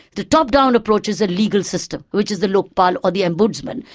the top-down approach is the legal system, which is the lokpal or the ombudsman,